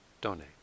donate